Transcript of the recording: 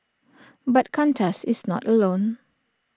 but Qantas is not alone